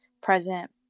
present